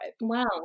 Wow